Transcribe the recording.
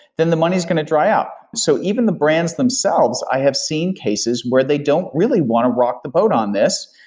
then the money is going to dry out. so even the brands themselves, i have seen cases where they don't really want to rock the boat on this.